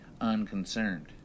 unconcerned